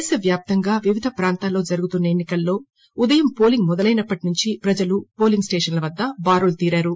దేశ వ్యాప్తంగా వివిధ ప్రాంతాల్లో జరుగుతున్న ఎన్ని కల్లో ఉదయం పోలింగ్ మొదలైనప్పటి నుంచి ప్రజలు పోలింగ్ స్టేషన్ల వద్ద బారులు తీరారు